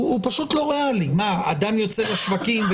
אדם יוצא לשווקים,